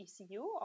ECU